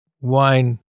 wine